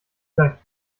gleich